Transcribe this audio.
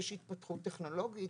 יש התפתחות טכנולוגית,